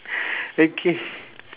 okay